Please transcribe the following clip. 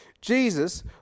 jesus